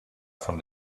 from